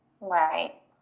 Right